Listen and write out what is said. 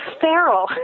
feral